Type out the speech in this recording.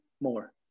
more